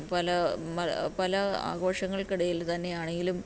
പല പല ആഘോഷങ്ങൾക്ക് ഇടയിൽ തന്നെയാണെങ്കിലും